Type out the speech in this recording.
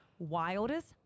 Wildest